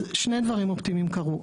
אז שלושה דברים אופטימיים שקרו: